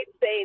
say